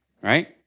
Right